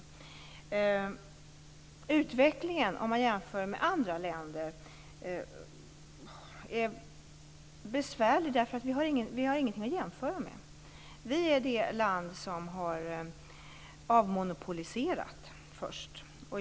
Att bedöma utvecklingen jämfört med andra länder är besvärligt. Vi har ingenting att jämföra med. Vi är det land som har avmonopoliserat först.